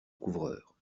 couvreur